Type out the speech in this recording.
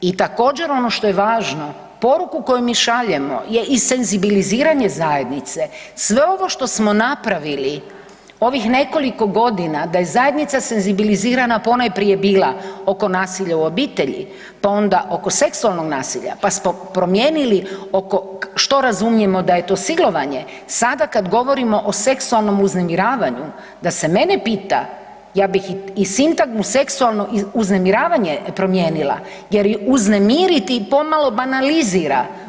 I također ono što je važno, poruku koju mi šaljemo je i senzibiliziranje zajednice, sve ovo što smo napravili ovih nekoliko godina da je zajednica senzibilizirana po onoj prije bila oko nasilja u obitelji pa onda oko seksualnog nasilja, pa smo promijenili što razumijemo da je to silovanje, sada kada govorimo o seksualnom uznemiravanju da se mene pita ja bih i sintagmu seksualnog uznemiravanje promijenila jer je uznemiriti pomalo banalizira.